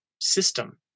system